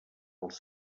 als